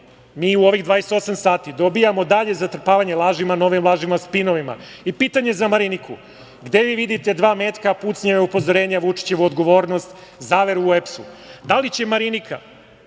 mi u ovih 28 sati dobijamo dalje zatrpavanje lažima, novim lažima, spinovima. Pitanje za Mariniku – gde vi vidite dva metka, pucnjeve upozorenja, Vučićevu odgovornost, zaveru u EPS-u? Da li će Marinika,